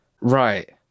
Right